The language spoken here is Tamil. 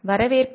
வரவேற்பு